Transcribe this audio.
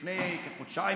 בפני חנניה,